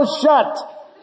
shut